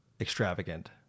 extravagant